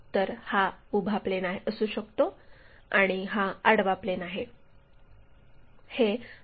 तर हा उभा प्लेन असू शकतो आणि हा आडवा प्लेन आहे